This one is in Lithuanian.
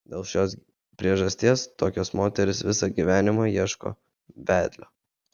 dėl šios priežasties tokios moterys visą gyvenimą ieško vedlio